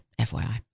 FYI